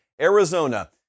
Arizona